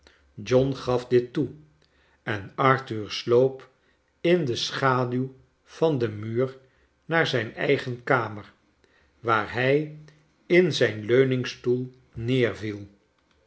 john gaf dit toe en arthur sloop in de schaduw van den muur naar zijn eigen kamer waar hij in zijn leuningstoel neerviel